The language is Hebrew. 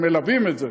הם מלווים את זה,